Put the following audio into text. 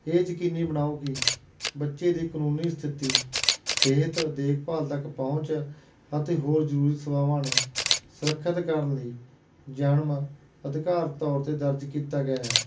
ਇਹ ਯਕੀਨੀ ਬਣਾਓ ਕਿ ਬੱਚੇ ਦੀ ਕਾਨੂੰਨੀ ਸਥਿਤੀ ਸਿਹਤ ਦੇਖਭਾਲ ਤੱਕ ਪਹੁੰਚ ਅਤੇ ਹੋਰ ਜ਼ਰੂਰੀ ਸੇਵਾਵਾਂ ਨੂੰ ਸੁਰੱਖਿਅਤ ਕਰਨ ਲਈ ਜਨਮ ਅਧਿਕਾਰਿਤ ਤੌਰ 'ਤੇ ਦਰਜ ਕੀਤਾ ਗਿਆ ਹੈ